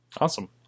Awesome